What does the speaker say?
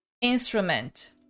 instrument